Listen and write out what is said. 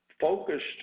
focused